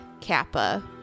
Kappa